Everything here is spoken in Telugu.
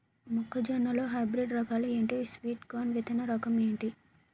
మొక్క జొన్న లో హైబ్రిడ్ రకాలు ఎంటి? స్వీట్ కార్న్ విత్తన రకం ఏంటి?